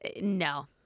no